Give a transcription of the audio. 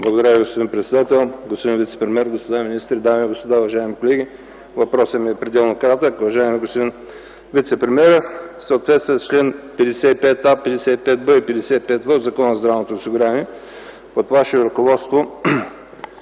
Благодаря Ви, господин председател. Господин вицепремиер, господа министри, дами и господа, уважаеми колеги! Въпросът ми е пределно кратък. Уважаеми господин вицепремиер, в съответствие с чл. 55а, 55б и 55в в Закона за здравното осигуряване под Ваше ръководство,